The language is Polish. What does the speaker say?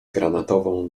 granatową